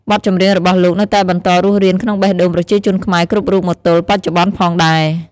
បទចម្រៀងរបស់លោកនៅតែបន្តរស់រានក្នុងបេះដូងប្រជាជនខ្មែរគ្រប់រូបមកទល់បច្ចុប្បន៍ផងដែរ ។